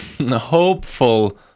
hopeful